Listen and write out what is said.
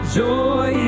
joy